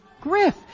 Griff